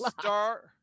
Star